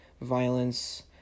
violence